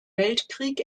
weltkrieg